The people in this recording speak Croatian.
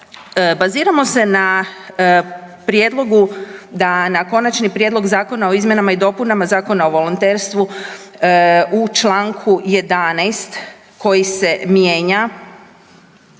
da na Konačni prijedlog zakona o izmjenama i dopunama Zakona o volonterstvu u čl. 11. koji se mijenja